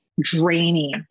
draining